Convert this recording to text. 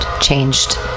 changed